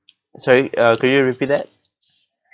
sorry uh could you repeat that